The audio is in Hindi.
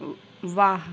वाह